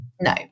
No